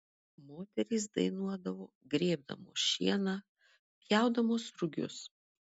moterys dainuodavo grėbdamos šieną pjaudamos rugius